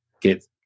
get